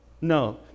No